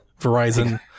Verizon